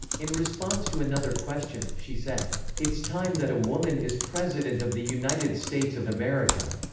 in response to another question, she said it's time that a woman is president of the united states of america.